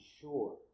sure